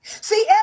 See